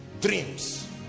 dreams